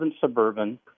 Suburban